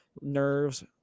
nerves